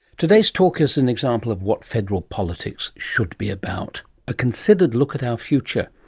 today's talk is an example of what federal politics should be about a considered look at our future,